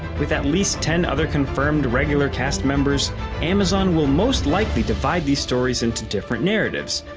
with at least ten other confirmed regular cast members amazon will most likely divide these stories into different narratives,